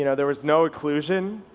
you know there was no occlusion.